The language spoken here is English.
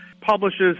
publishes